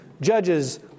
judges